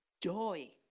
joy